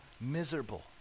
miserable